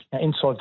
inside